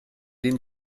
den